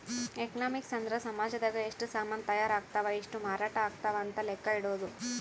economics ಅಂದ್ರ ಸಾಮಜದಾಗ ಎಷ್ಟ ಸಾಮನ್ ತಾಯರ್ ಅಗ್ತವ್ ಎಷ್ಟ ಮಾರಾಟ ಅಗ್ತವ್ ಅಂತ ಲೆಕ್ಕ ಇಡೊದು